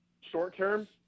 short-term